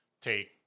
take